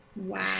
Wow